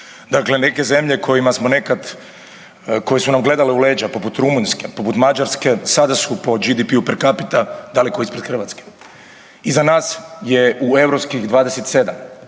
smo nekad, koje su nam gledale u leđa poput Rumunjske, poput Mađarske, sada su po GDP per capita daleko ispred Hrvatske. Iza nas je u europskih 27